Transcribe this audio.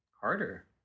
harder